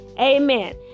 Amen